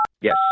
Yes